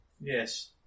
Yes